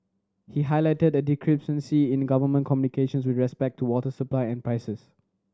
he highlighted a discrepancy in government communications with respect to water supply and prices